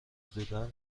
حدودا